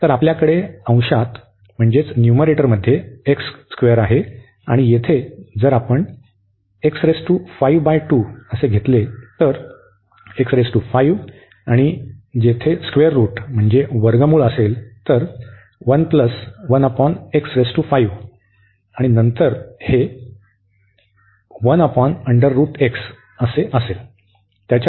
तर आपल्याकडे अंशात आहे आणि येथे जर आपण घेतला तर आणि तेथे वर्गमूळ असेल तर 1 प्लस 1 ओव्हर x पॉवर 5 आणि नंतर येथे असेल